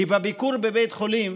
כי בביקור בבית החולים,